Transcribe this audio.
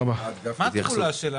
מה התחולה?